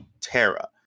Terra